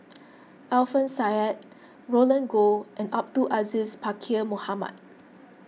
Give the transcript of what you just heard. Alfian Sa'At Roland Goh and Abdul Aziz Pakkeer Mohamed